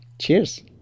Cheers